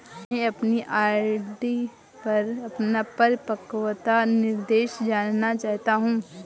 मैं अपनी आर.डी पर अपना परिपक्वता निर्देश जानना चाहता हूँ